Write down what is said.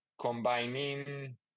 combining